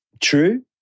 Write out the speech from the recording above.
true